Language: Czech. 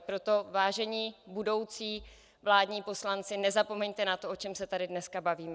Proto, vážení budoucí vládní poslanci, nezapomeňte na to, o čem se tady dneska bavíme.